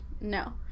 no